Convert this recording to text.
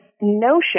notion